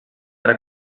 ara